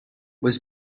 was